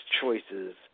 choices